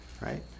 Right